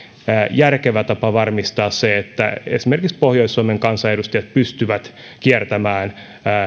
järkevä tapa varmistaa se että esimerkiksi pohjois suomen kansanedustajat pystyvät kiertämään